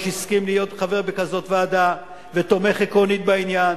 הסכים להיות חבר בכזאת ועדה ותומך עקרונית בעניין,